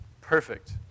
Perfect